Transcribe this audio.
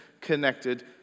connected